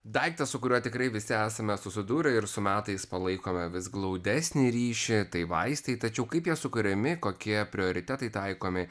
daiktas su kuriuo tikrai visi esame susidūrę ir su metais palaikome vis glaudesnį ryšį tai vaistai tačiau kaip jie sukuriami kokie prioritetai taikomi